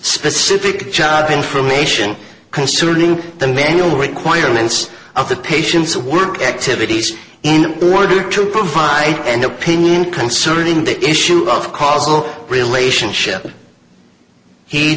specific job information concerning the manual requirements of the patient's work activities and the order to provide an opinion concerning the issue of causal relationship he